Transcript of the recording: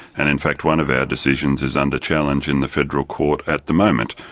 and in fact one of our decisions is under challenge in the federal court at the moment.